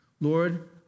Lord